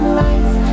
lights